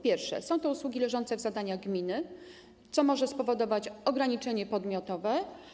Pierwszy: są to usługi należące do zadań gminy, co może spowodować ograniczenie podmiotowe.